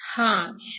हा 0